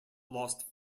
lost